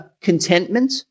contentment